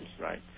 right